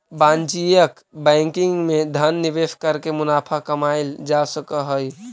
वाणिज्यिक बैंकिंग में धन निवेश करके मुनाफा कमाएल जा सकऽ हइ